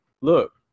look